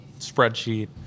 spreadsheet